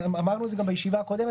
אמרנו את זה גם בישיבה הקודמת,